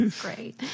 great